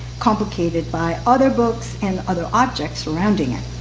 complicated by other books and other objects surrounding it.